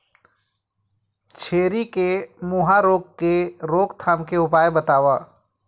छेरी के मुहा रोग रोग के रोकथाम के उपाय बताव?